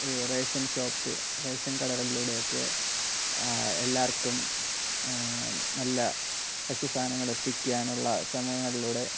ഈ ration shop ration കടകളിലൂടെയൊക്കെ എല്ലാവർക്കും നല്ല ഭഷ്യ സാധനങ്ങൾ എത്തിക്കാനുള്ള ശ്രമങ്ങളിലൂടെ